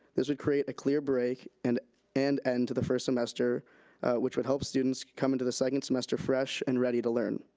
this would create a clear break and and end to the first semester which would help students come into the second semester fresh and ready to learn.